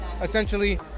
essentially